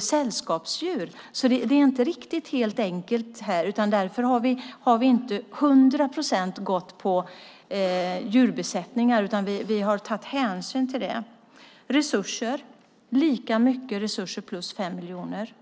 sällskapsdjur, så det är inte helt enkelt. Därför har vi inte till hundra procent utgått från antalet djurbesättningar, utan vi har tagit hänsyn till det. När det gäller resurser är det lika mycket resurser, plus 5 miljoner.